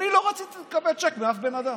אני לא רציתי לקבל צ'ק מאף בן אדם.